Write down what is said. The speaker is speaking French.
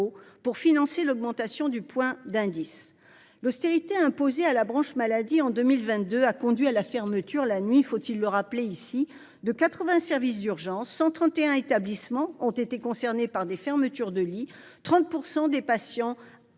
pour financer l’augmentation du point d’indice. L’austérité imposée à la branche maladie en 2022 a conduit à la fermeture la nuit – je le rappelle – de 80 services d’urgences ; 131 établissements ont été concernés par des fermetures de lits et 30 % des patients